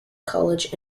college